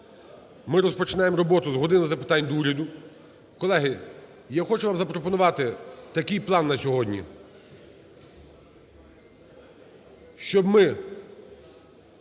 ми розпочнемо роботу з "години запитань до Уряду". Колеги, я хочу вам запропонувати такий план на сьогодні. Щоб ми,